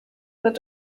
wird